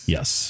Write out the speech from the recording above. Yes